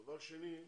דבר שני,